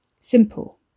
simple